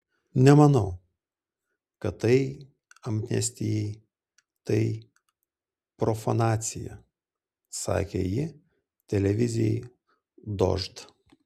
nemanau kad tai amnestijai tai profanacija sakė ji televizijai dožd